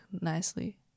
nicely